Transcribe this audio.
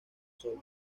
sol